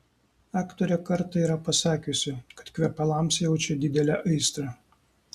aktorė kartą yra pasakiusi kad kvepalams jaučia didelę aistrą